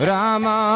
Rama